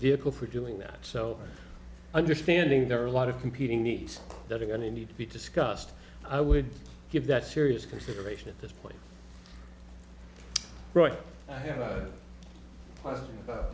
vehicle for doing that so understanding there are a lot of competing needs that are going to need to be discussed i would give that serious consideration at this point right i have no pl